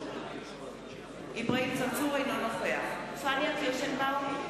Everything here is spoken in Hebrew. אינו נוכח פניה קירשנבאום,